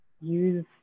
use